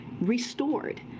restored